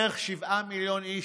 בערך שבעה מיליון איש,